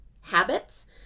habits